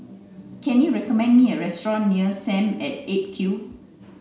can you recommend me a restaurant near S A M at eight Q